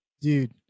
dude